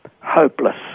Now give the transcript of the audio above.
hopeless